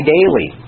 Daily